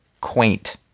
quaint